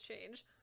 change